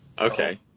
Okay